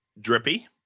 Drippy